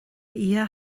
oíche